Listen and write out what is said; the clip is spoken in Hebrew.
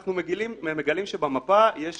אנחנו מגלים שבמפה יש